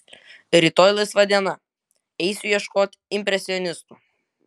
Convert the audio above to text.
rytoj laisva diena eisiu ieškot impresionistų